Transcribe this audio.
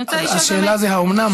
השאלה היא: האומנם.